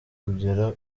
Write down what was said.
kugera